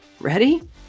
ready